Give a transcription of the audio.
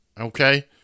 Okay